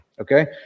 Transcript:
Okay